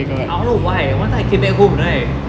I don't know why one time I came back home right